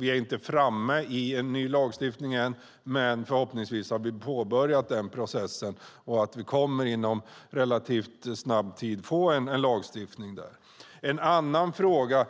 Vi är inte framme i en ny lagstiftning än, men vi har påbörjat processen och kommer förhoppningsvis inom snar framtid att få en lagstiftning på plats. En annan fråga